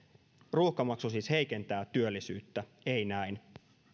ruuhkamaksu siis heikentää työllisyyttä ei näin